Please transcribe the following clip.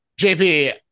JP